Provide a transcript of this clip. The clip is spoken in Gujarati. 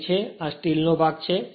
તે અહીં છે અને આ સ્ટીલ ભાગ છે